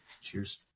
cheers